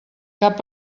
cap